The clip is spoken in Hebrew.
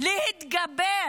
להתגבר